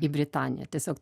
į britaniją tiesiog